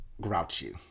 grouchy